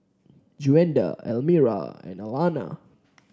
Gwenda Elmira and Alanna